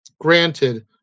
granted